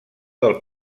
del